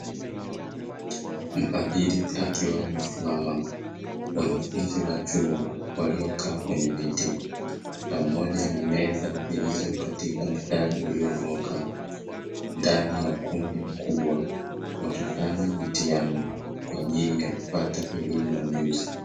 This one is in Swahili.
Mhadhiri akiwa amesimama, wanafunzi wa chuo waliokaa kwenye viti pamoja na meza zilizo katika mstari ulionyooka ndani ya ukumbi mkubwa, wakifanya mitihani kwa ajili ya kupata elimu na ujuzi.